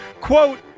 Quote